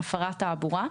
"הפרת תעבורה"